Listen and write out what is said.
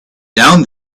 down